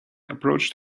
approached